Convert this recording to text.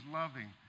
loving